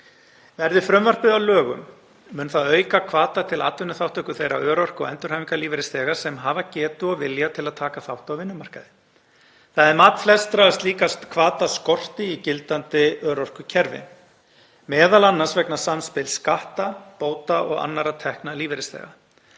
Verði frumvarpið að lögum mun það auka hvata til atvinnuþátttöku þeirra örorku- eða endurhæfingarlífeyrisþega sem hafa getu og vilja til að taka þátt á vinnumarkaði. Það er mat flestra að slíka hvata skorti í gildandi örorkukerfi, m.a. vegna samspils skatta, bóta og annarra tekna lífeyrisþega.